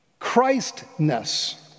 Christness